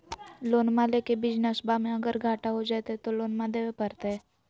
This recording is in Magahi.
लोनमा लेके बिजनसबा मे अगर घाटा हो जयते तो लोनमा देवे परते?